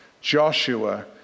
Joshua